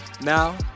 Now